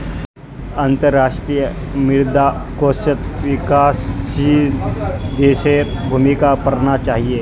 अंतर्राष्ट्रीय मुद्रा कोषत विकासशील देशेर भूमिका पढ़ना चाहिए